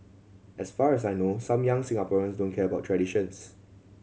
as far as I know some young Singaporeans don't care about traditions